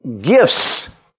gifts